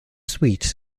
suite